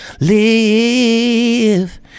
Live